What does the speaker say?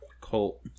Colt